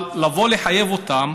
אבל לבוא ולחייב אותם,